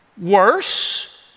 worse